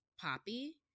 poppy